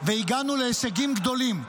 והגענו להישגים גדולים.